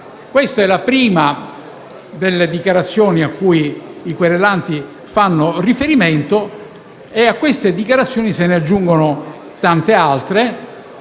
Questa è la prima delle dichiarazioni alla quale i querelanti fanno riferimento. A questa se ne aggiungono tante altre,